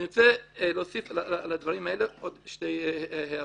אני רוצה להוסיף על הדברים האלה עוד שתי הערות.